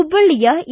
ಹುಬ್ಬಳ್ಳಯ E